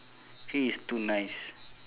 he is too nice